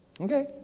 Okay